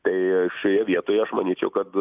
tai šioje vietoj aš manyčiau kad